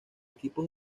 equipos